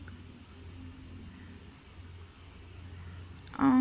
um